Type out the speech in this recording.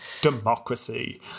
Democracy